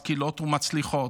משכילות ומצליחות,